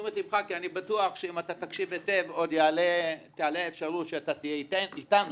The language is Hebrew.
כי אני בטוח שאם אתה תקשיב היטב עוד תעלה האפשרות שאתה תהיה איתנו